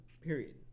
Period